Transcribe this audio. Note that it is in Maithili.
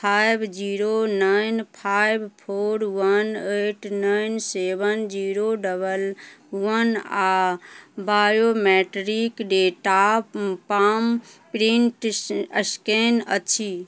five zero nine five four one eight nine seven zero double one आओर biometric data palm print scan अछि